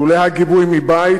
לולא הגיבוי מבית,